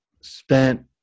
spent